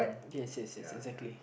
yes yes yes exactly